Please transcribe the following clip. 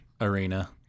Arena